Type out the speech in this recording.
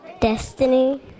Destiny